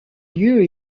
lieux